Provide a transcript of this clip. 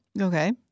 Okay